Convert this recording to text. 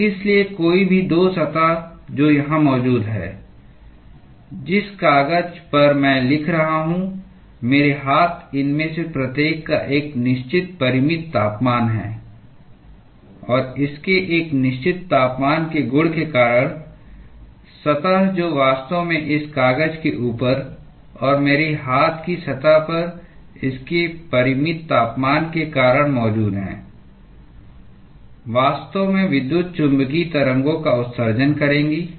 तो इसलिए कोई भी 2 सतह जो यहां मौजूद है जिस कागज पर मैं लिख रहा हूं मेरे हाथ इनमें से प्रत्येक का एक निश्चित परिमित तापमान है और इसके एक निश्चित तापमान के गुण के कारण सतह जो वास्तव में इस कागज के ऊपर और मेरे हाथ की सतह पर इसके परिमित तापमान के कारण मौजूद है वास्तव में विद्युत चुम्बकीय तरंगों का उत्सर्जन करेगी